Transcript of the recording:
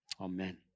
Amen